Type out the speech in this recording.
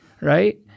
right